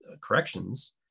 corrections